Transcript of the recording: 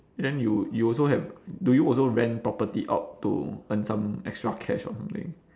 then you you also have do you also rent property out to earn some extra cash or something